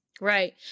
Right